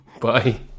Bye